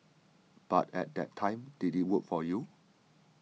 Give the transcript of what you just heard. but at that time did it work for you